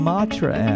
Matra